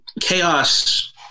Chaos